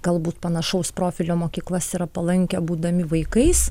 galbūt panašaus profilio mokyklas yra palankę būdami vaikais